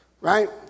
right